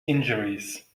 injuries